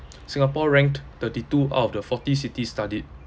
singapore ranked thirty two out of the forty cities studied